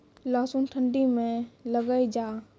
लहसुन ठंडी मे लगे जा?